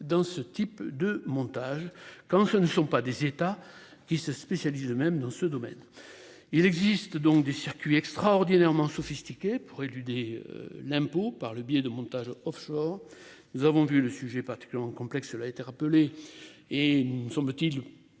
dans ce type de montage, quand ce ne sont pas des États qui se spécialise même dans ce domaine. Il existe donc des circuits extraordinairement sophistiquée pour éluder l'impôt par le biais de montages offshores. Nous avons vu le sujet particulièrement complexe. Elle a été rappelé, et semble-t-il